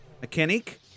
mechanic